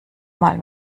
mal